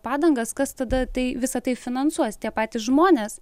padangas kas tada tai visa tai finansuos tie patys žmonės